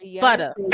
Butter